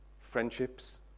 friendships